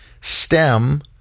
stem